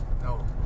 No